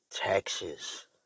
Texas